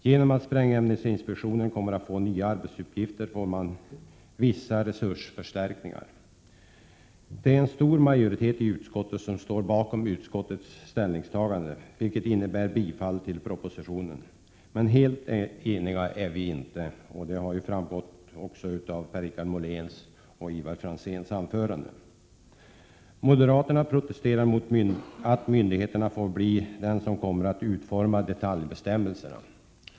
Genom att sprängämnesinspektionen kommer att få nya arbetsuppgifter, får man vissa resursförstärkningar. Det är en stor majoritet i utskottet som står bakom utskottets ställningstagande, vilket innebär ett yrkande om bifall till propositionen. Men helt eniga är vi inte. Det har också framgått av Per-Richard Moléns och Ivar Franzéns anföranden. Moderaterna protesterar mot att myndigheterna kommer att få utforma detaljbestämmelserna.